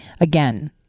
Again